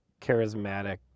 charismatic